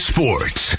Sports